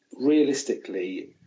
realistically